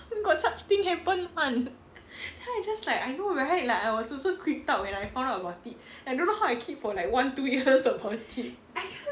where got such thing happen one then I just like I know right like I was also creeped out when I found out about it and I don't know how I keep for like one two years about it